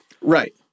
Right